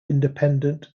independent